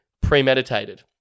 premeditated